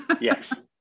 Yes